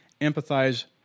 empathize